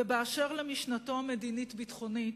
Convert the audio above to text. ואשר למשנתו המדינית-הביטחונית,